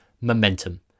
momentum